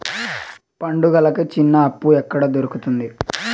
పండుగలకి చిన్న అప్పు ఎక్కడ దొరుకుతుంది